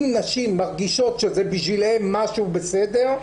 אם נשים מרגישות שזה בשבילן משהו בסדר,